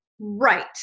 Right